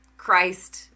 Christ